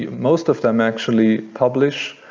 most of them actually publish,